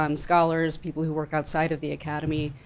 um scholars, people who work outside of the academy,